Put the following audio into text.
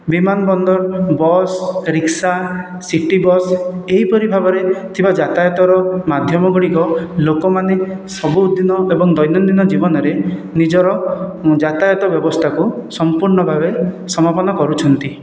ବିମାନବନ୍ଦର ବସ୍ ରିକ୍ସା city bus ଏହିପରି ଭାବରେ ଥିବା ଯାତାୟତର ମାଧ୍ୟମ ଗୁଡ଼ିକ ଲୋକମାନେ ସବୁଦିନ ଏବଂ ଦୈନନ୍ଦିନ ଜୀବନରେ ନିଜର ଯାତାୟତ ବ୍ୟବସ୍ଥାକୁ ସମ୍ପୂର୍ଣ୍ଣ ଭାବେ ସମାପନ କରୁଛନ୍ତି